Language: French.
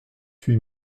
huit